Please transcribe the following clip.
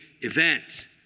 event